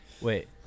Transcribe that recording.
Wait